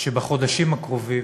שבחודשים הקרובים,